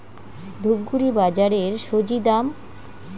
ধূপগুড়ি বাজারের স্বজি দাম?